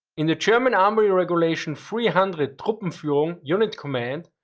in the german army regulation three hundred truppenfuhrung unit command,